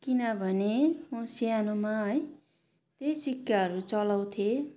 किनभने म सानोमा है त्यही सिक्काहरू चलाउँथ्येँ